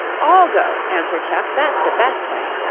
all go, answered chuck. that's the best way.